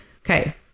Okay